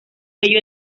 ello